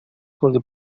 خورده